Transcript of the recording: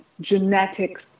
genetics